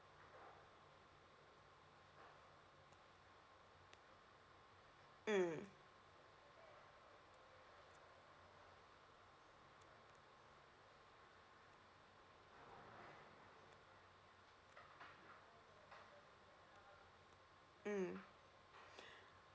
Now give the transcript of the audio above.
mm mm